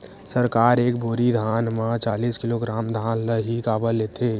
सरकार एक बोरी धान म चालीस किलोग्राम धान ल ही काबर लेथे?